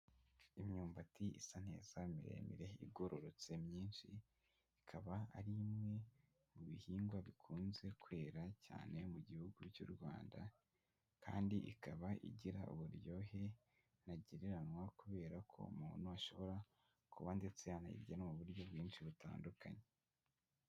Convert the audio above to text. Imyumbati isa neza miremire igororotse myinshi, ikaba ari imwe mu bihingwa bikunze kwera cyane mu gihugu cy'u Rwanda kandi ikaba igira uburyohe ntagereranywa kubera ko umuntu ashobora kuba ndetse yanayirya no mu buryo bwinshi butandukanye.